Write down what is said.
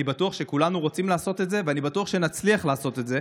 אני בטוח שכולנו רוצים לעשות את זה ואני בטוח שנצליח לעשות את זה,